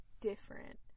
different